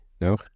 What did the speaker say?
No